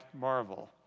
marvel